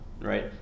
right